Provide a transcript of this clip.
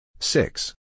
Six